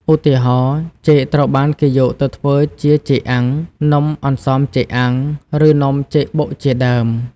ឧទាហរណ៍ ចេកត្រូវបានគេយកទៅធ្វើជាចេកអាំង នំអន្សមចេកអាំង ឬនំចេកបុកជាដើម។